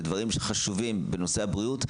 לדברים חשובים בנושא הבריאות,